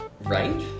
Right